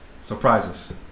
surprises